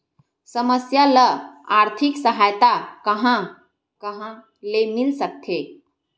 समस्या ल आर्थिक सहायता कहां कहा ले मिल सकथे?